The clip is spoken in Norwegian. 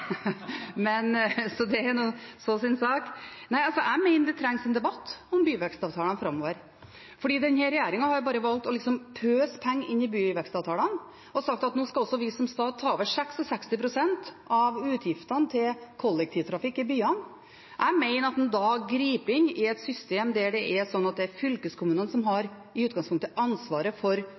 så det er nå så sin sak. Jeg mener det trengs en debatt om byvekstavtalene framover, for denne regjeringen har valgt bare å pøse penger inn i byvekstavtalene og sagt at nå skal også vi som stat ta over 66 pst. av utgiftene til kollektivtrafikk i byene. Jeg mener en da griper inn i et system der det i utgangspunktet er fylkeskommunene som har ansvaret for